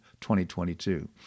2022